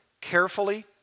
carefully